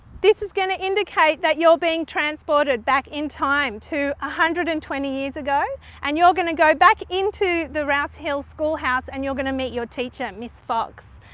this is going to indicate that you're being transported back in time to a hundred and twenty years ago and you're going to go back into the rouse hill school house and you're going to meet your teacher, miss fox.